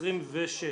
הרביזיה